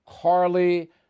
Carly